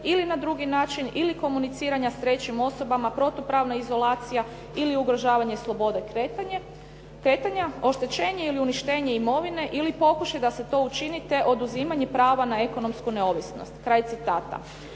ili na drugi način ili komuniciranja s trećim osobama, protupravna izolacija ili ugrožavanja slobode kretanja, oštećenje ili uništenje imovine ili pokušaj da se to učini te oduzimanje prava na ekonomsku neovisnost." Kraj citata.